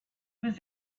was